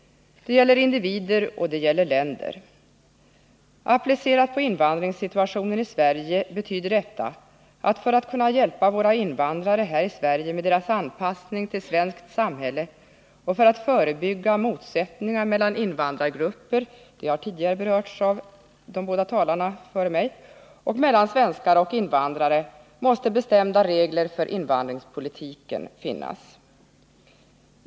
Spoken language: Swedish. Det gäller individer, och det gäller länder. Applicerat på invandringssituationen i Sverige betyder detta att för att kunna hjälpa våra invandrare med deras anpassning till svenskt samhälle och för att förebygga motsättningar mellan invandrargrupper och mellan svenskar och invandrare måste bestämda regler för invandringspoli tiken finnas.